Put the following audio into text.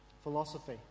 Philosophy